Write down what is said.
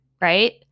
Right